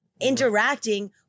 interacting